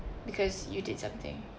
because you did something